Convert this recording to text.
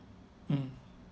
mm